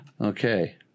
Okay